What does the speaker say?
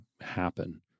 happen